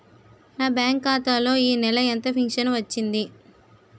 నా బ్యాంక్ ఖాతా లో ఈ నెల ఎంత ఫించను వచ్చింది?